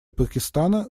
пакистана